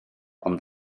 ond